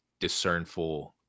discernful